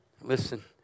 Listen